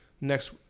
next